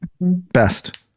Best